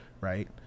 right